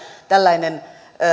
tällainen